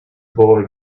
boy